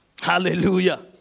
Hallelujah